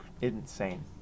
insane